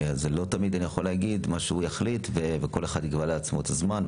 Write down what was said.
תמיד אני יכול להגיד מה שהוא יחליט וכל אחד יקבע לעצמו את הזמן,